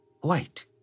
white